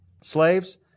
Slaves